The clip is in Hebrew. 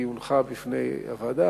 היא הונחה בפני הוועדה,